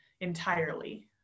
entirely